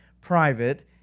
private